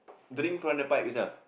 drink from the pipe enough